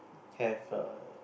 have err